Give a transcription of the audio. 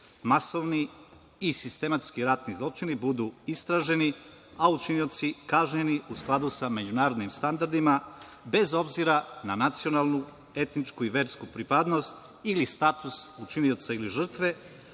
masovni i sistematski ratni zločini budu istraženi, a učinioci kažnjeni u skladu sa međunarodnim standardima, bez obzira na nacionalnu, etničku i versku pripadnost ili status učinioca ili žrtve,